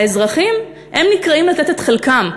האזרחים נקראים לתת את חלקם,